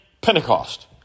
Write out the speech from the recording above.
Pentecost